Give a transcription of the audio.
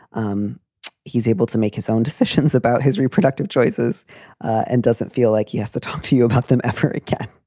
um he's able to make own decisions about his reproductive choices and doesn't feel like he has to talk to you about them ever again.